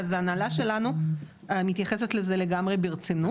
אז ההנהלה שלנו מתייחסת לזה לגמרי ברצינות.